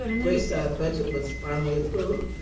great start budget was finally approved.